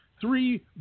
Three